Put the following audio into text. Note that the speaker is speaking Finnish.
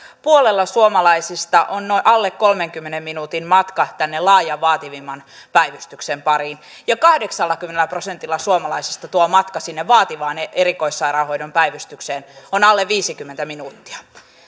puolella suomalaisista on alle kolmenkymmenen minuutin matka tänne laajan vaativimman päivystyksen pariin ja kahdeksallakymmenellä prosentilla suomalaisista tuo matka sinne vaativaan erikoissairaanhoidon päivystykseen on alle viisikymmentä minuuttia